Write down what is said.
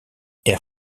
air